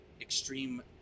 extreme